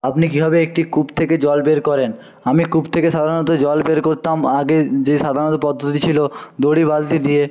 আপনি কীভাবে একটি কূপ থেকে জল বের করেন আমি কূপ থেকে সাধারণত জল বের করতাম আগে যে সাধারণত পদ্ধতি ছিল দড়ি বালতি দিয়ে